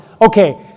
okay